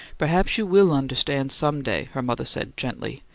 perhaps you will understand some day, her mother said, gently.